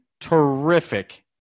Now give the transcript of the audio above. terrific